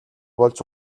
болж